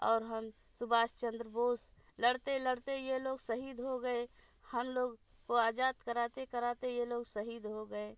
और हम सुभाष चन्द्र बोस लड़ते लड़ते ये लोग शहीद हो गए हम लोग को आज़ाद कराते कराते ये लोग शहीद हो गए